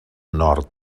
nord